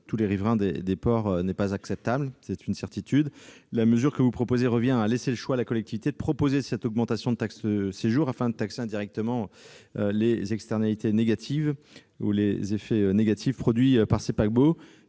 par les riverains des ports n'est pas acceptable, c'est une certitude. La mesure que tend à insérer cet amendement revient à laisser à la collectivité le choix de proposer une augmentation de taxe de séjour afin de taxer indirectement les externalités négatives ou les effets négatifs produits par ces paquebots